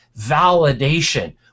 validation